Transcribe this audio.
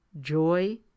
joy